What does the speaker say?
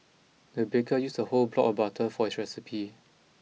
the baker used a whole block of butter for this recipe